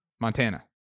Montana